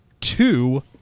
two